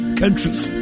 countries